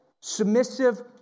submissive